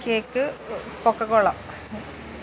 cake coco cola